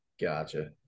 gotcha